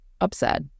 upset